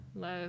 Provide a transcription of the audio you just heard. love